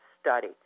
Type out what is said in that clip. study